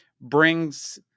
brings